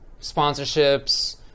sponsorships